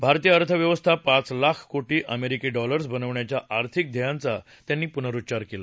भारतीय अर्थव्यवस्था पाच लाख कोटी डॉलर्स बनवण्याच्या आर्थिक ध्येयाचा त्यांनी पुनरुच्चार केला